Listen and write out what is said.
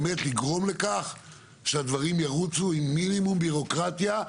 באמת לגרום לכך שהדברים ירוצו עם מינימום ביורוקרטיה.